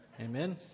Amen